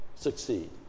Succeed